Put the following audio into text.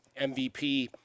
MVP